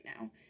now